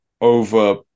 over